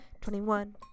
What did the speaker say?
twenty-one